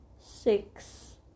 Six